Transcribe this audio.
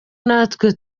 natwe